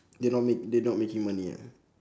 they not make they not making money ah